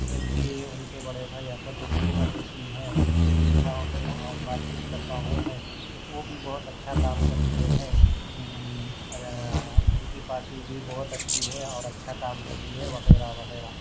M P ان کے بڑے بھائی اسدالدّین اویسی ہیں ان سے بھی ملا ہوں اور بات چیت کرتا ہوں میں وہ بھی بہت اچھا کام کرتے ہے ان کی پارٹی بھی بہت اچھی ہے اور اچھا کام کرتی ہے وغیرہ وغیرہ